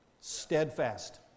Steadfast